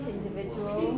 Individual